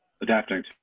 adapting